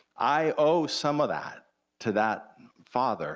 i owe some of that to that father